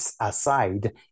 aside